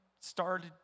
started